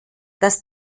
dass